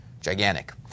gigantic